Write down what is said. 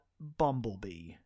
Bumblebee